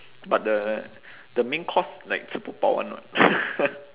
but the the main course like 吃不饱 [one] [what]